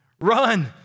Run